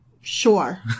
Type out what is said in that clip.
sure